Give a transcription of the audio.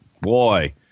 Boy